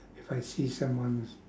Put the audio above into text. if I see someone's